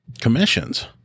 commissions